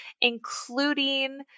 including